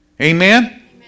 Amen